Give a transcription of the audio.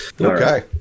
okay